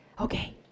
Okay